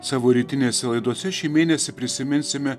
savo rytinėse laidose šį mėnesį prisiminsime